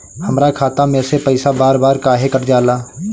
हमरा खाता में से पइसा बार बार काहे कट जाला?